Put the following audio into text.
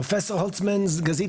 פרופ' הולצמן גזית,